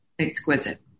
exquisite